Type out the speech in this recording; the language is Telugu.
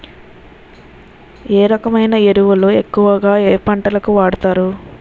ఏ రకమైన ఎరువులు ఎక్కువుగా ఏ పంటలకు వాడతారు?